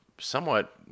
somewhat